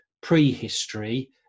prehistory